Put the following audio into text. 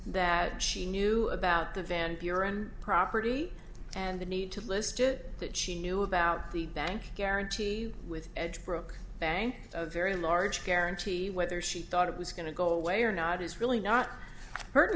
that she knew about the van buren property and the need to list it that she knew about the bank guarantee with edge broke bank a very large guarantee whether she thought it was going to go away or not is really not certain